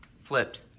flipped